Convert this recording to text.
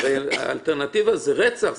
הרי האלטרנטיבה היא רצח.